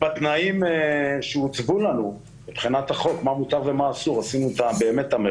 בתנאים שהוצבו לנו מבחינת החוק מה מותר ומה אסור עשינו את המרב.